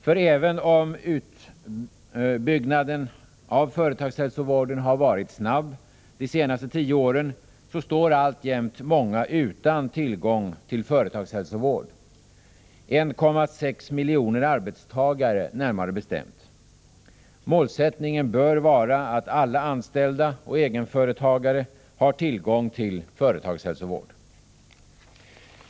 För även om utbyggnaden av företagshälsovården har varit snabb de senaste tio åren står alltjämt många utan tillgång till företagshälsovård — 1,6 miljoner arbetstagare närmare bestämt. Målsättningen bör vara att alla anställda och egenföretagare har tillgång till företagshälsovård.